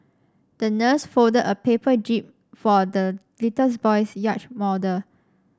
the nurse folded a paper jib for the little boy's yacht model